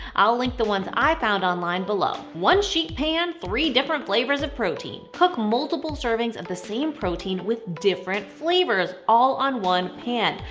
i'll link the ones i found online below. one sheet pan, three different flavors of protein. cook multiple servings of the same protein with different flavors all on one pan.